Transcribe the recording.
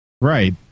Right